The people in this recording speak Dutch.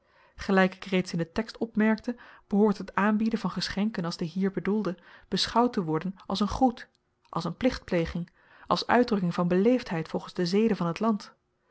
gelyk ik reeds in den tekst opmerkte behoort het aanbieden van geschenken als de hier bedoelde beschouwd te worden als n groet als n plichtpleging als uitdrukking van beleefdheid volgens de zeden van t land